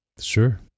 Sure